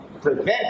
prevent